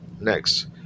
Next